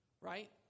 Right